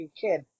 Kid